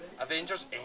Avengers